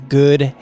good